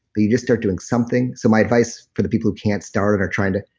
but you just start doing something so my advice for the people who can't start or trying to.